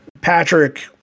Patrick